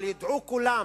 אבל ידעו כולם